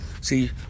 See